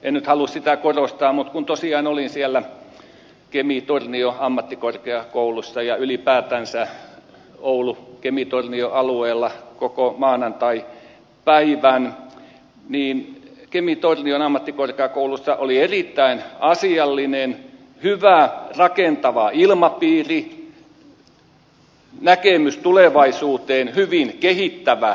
en nyt halua sitä korostaa mutta kun tosiaan olin siellä kemi tornion ammattikorkeakoulussa ja ylipäätänsä oulukemitornio alueella koko maanantaipäivän niin kemi tornion ammattikorkeakoulussa oli erittäin asiallinen hyvä rakentava ilmapiiri hyvin kehittävä näkemys ja ote tulevaisuuteen